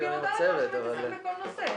כאילו שאתה מתעסק בכל נושא.